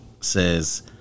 says